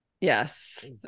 Yes